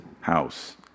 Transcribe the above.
house